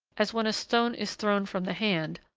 as when a stone is thrown from the hand,